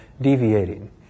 deviating